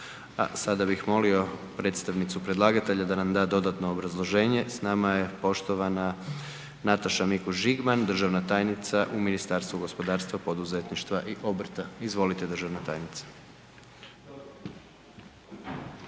a sada bih molio predstavnicu predlagatelja da nam da dodatno obrazloženje. S nama je poštovana Nataša Mikuš Žigman, državna tajnica u Ministarstvu gospodarstva, poduzetništva i obrta. Izvolite državna tajnica.